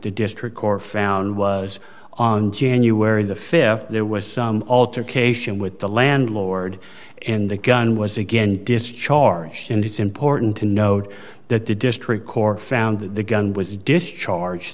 the district court found was on january the th there was some altercation with the landlord and the gun was again discharged and it's important to note that the district court found that the gun was discharged